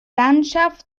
landschaft